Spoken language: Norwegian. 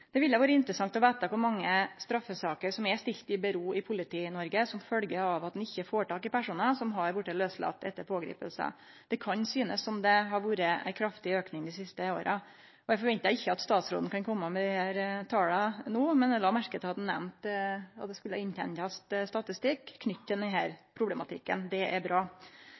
Det ville vore interessant å vite kor mange straffesaker som har vorte lagde til sides i Politi-Noreg som følgje av at ein ikkje får tak i personar som har vorte lauslatne etter å ha vore pågripne. Det kan synast som det har vore ein kraftig auke dei siste åra. Eg ventar ikkje at statsråden kan kome med tala no, men eg la merke til at han nemnde at det skulle innhentast statistikk knytt til denne problematikken. Det er bra.